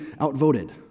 outvoted